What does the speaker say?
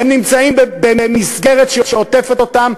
הם נמצאים במסגרת שעוטפת אותם,